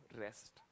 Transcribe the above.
rest